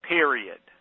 Period